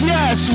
Yes